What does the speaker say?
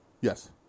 Yes